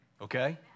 okay